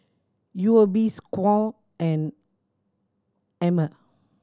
U O B score and Ema